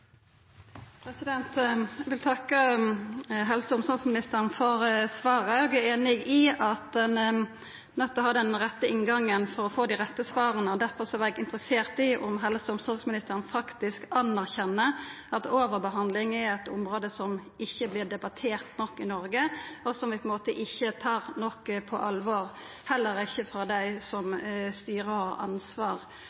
einig i at ein er nøydd til å ha den rette inngangen for å få dei rette svara, og derfor var eg interessert i om helse- og omsorgsministeren faktisk anerkjenner at overbehandling er eit område som ikkje vert debattert nok i Noreg, og som vi ikkje tar nok på alvor, heller ikkje dei som styrer og har ansvar for helsevesenet. Men før vi er einige om den situasjonen, kan vi heller ikkje diskutera kva som